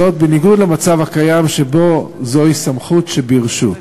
בניגוד למצב הקיים שבו זוהי סמכות שברשות.